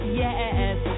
yes